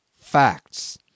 Facts